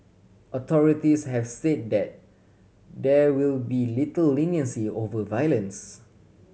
authorities have said that there will be little leniency over violence